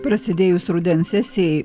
prasidėjus rudens sesijai